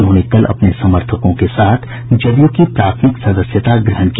उन्होंने कल अपने समर्थकों के साथ जदयू की प्राथमिक सदस्यता ग्रहण की